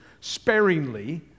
sparingly